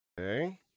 okay